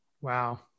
wow